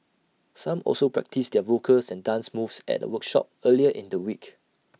some also practised their vocals and dance moves at A workshop earlier in the week